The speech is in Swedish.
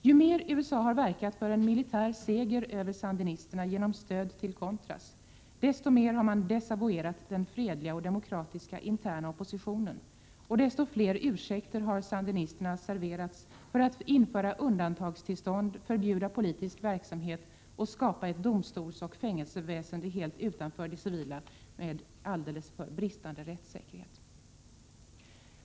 Ju mer USA har verkat för en militär seger över sandinisterna genom stöd till contras, desto mer har man desavouerat den fredliga och demokratiska interna oppositionen och desto fler ursäkter har sandinisterna serverats för att införa undantagstillstånd, förbjuda politisk verksamhet och skapa ett domstolsoch fängelseväsende helt utanför det civila, med bristande rättssäkerhet.